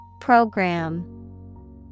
Program